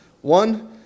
One